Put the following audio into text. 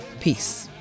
Peace